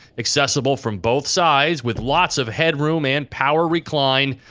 accessible from both sides with lots of headroom and power recline,